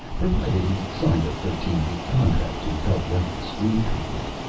provided he signed a thirteen-week contract to help write the screen treatment.